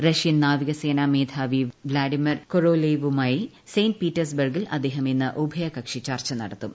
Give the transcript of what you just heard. റഷ്യൻനാവികസേനാ മേധാവി Vladimir Korolev മായി Saint പീറ്റേഴ്സ്ബർഗിൽ അദ്ദേഹം ഇന്ന് ഉഭയകക്ഷി ചർച്ച നടത്തും